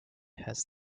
has